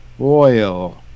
oil